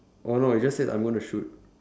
oh no it just says I'm going to shoot